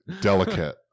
delicate